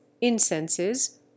incenses